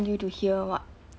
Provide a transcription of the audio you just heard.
you to hear what